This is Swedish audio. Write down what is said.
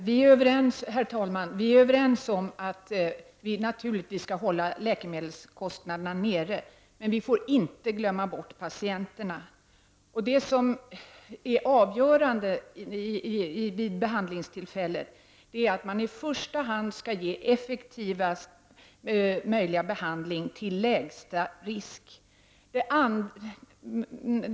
Herr talman! Vi är överens om att vi naturligtvis skall hålla läkemedelskostnaderna nere, men vi får inte glömma bort patienterna. Det avgörande vid behandlingstillfället är i första hand att man skall ge effektivaste möjliga behandling till lägsta risk.